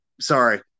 sorry